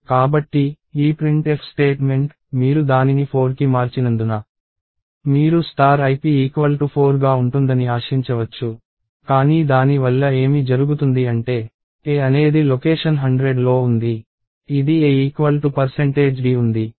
కాబట్టి ఈ printf statement మీరు దానిని 4కి మార్చినందున మీరు ip 4గా ఉంటుందని ఆశించవచ్చు కానీ దాని వల్ల ఏమి జరుగుతుంది అంటే a అనేది లొకేషన్ 100లో ఉంది ఇది a d ఉంది